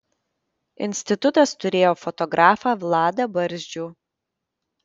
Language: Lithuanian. institutas turėjo fotografą vladą barzdžių